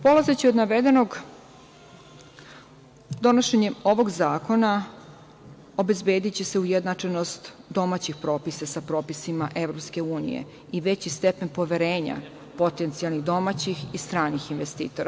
Polazeći od navedenog, donošenjem ovo zakona obezbediće se ujednačenost domaćih propisa sa propisima EU i veći stepen poverenja potencijalnih domaćih i stranih investitora.